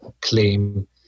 claim